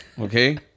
okay